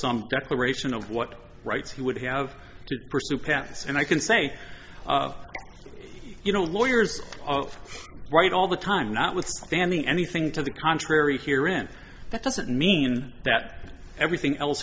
some declaration of what rights he would have to pursue paths and i can say you know lawyers all right all the time notwithstanding anything to the contrary here in that doesn't mean that everything else